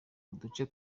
uduce